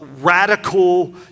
radical